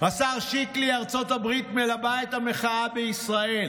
השר שקלי: ארצות הברית מלבה את המחאה בישראל,